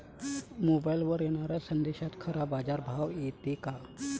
मोबाईलवर येनाऱ्या संदेशात खरा बाजारभाव येते का?